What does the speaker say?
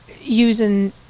using